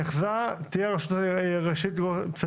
נחזה לרכב נטוש